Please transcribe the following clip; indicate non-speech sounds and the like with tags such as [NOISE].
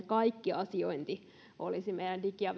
[UNINTELLIGIBLE] kaikki asiointi olisi meidän digi ja [UNINTELLIGIBLE]